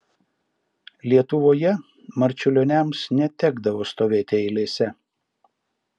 lietuvoje marčiulioniams netekdavo stovėti eilėse